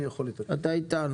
הייתה לנו